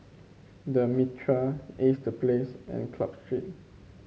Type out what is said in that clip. The Mitraa Ace The Place and Club Street